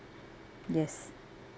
yes